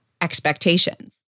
expectations